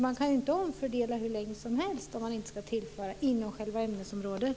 Man kan inte omfördela hur länge som helst inom själva ämnesområdet om man inte tillför något.